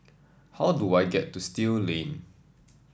how do I get to Still Lane